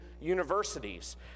universities